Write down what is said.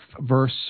verse